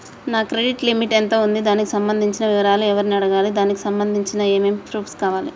నా credit limit ఎంత ఉంది? దానికి సంబంధించిన వివరాలు ఎవరిని అడగాలి? దానికి సంబంధించిన ఏమేం ప్రూఫ్స్ కావాలి?